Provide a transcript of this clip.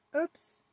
oops